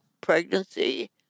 pregnancy